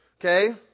Okay